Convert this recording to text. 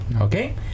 okay